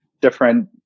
different